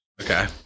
Okay